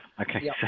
okay